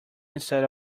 instead